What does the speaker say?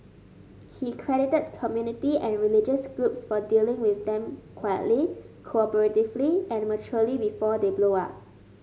he credited community and religious groups for dealing with them quietly cooperatively and maturely before they blow up